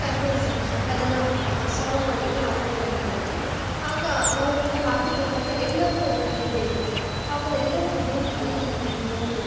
ಸಂಗ್ರಹಿಸಿ ಅದನ್ನು ಸ್ವಾಲ್ ಮಾಡೋದಕ್ಕೆ ನಾವು ಟ್ರೈ ಮಾಡಿದ್ವಿ ಆಗ ನಾವು ಆ ಥರ ಮಾಡ್ತಿರ್ಬೇಕಾದರೆ ಎಲ್ಲರಿಗೂ ಒಂದೊಂದು ಹೈಡಿಯ ಇರುತ್ತೆ ಆಗ ಎಲ್ಲರ ಹೈಡಿಯನ ಕಲೆಕ್ಟ್ ಮಾಡಿ ನಾವೊಂದು